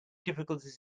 difficulties